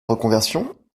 reconversion